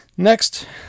Next